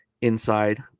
Inside